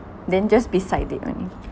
then just beside it only